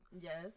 Yes